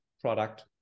product